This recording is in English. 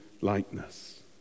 likeness